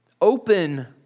open